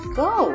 go